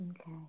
Okay